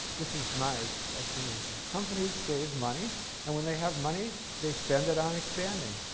this is myers' explanation. companies save money and when they have money, they spend it on expanding.